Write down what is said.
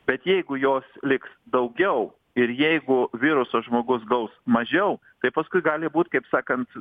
bet jeigu jos liks daugiau ir jeigu viruso žmogus gaus mažiau tai paskui gali būt kaip sakant